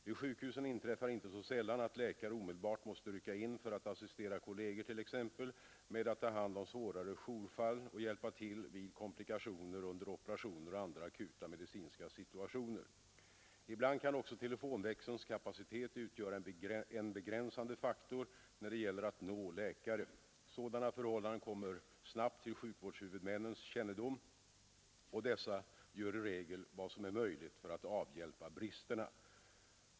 Vid sjukhusen inträffar inte så sällan att läkare omedelbart måste rycka in för att assistera kolleger, t.ex. med att ta hand om svårare jourfall och hjälpa till vid komplikationer under operationer och andra akuta medicinska situationer. Ibland kan också telefonväxelns kapacitet utgöra en begränsande faktor när det gäller att nå läkare. Sådana förhållanden kommer snabbt till sjukvårdshuvudmännens kännedom, och dessa gör i regel vad som är möjligt för att avhjälpa bristerna.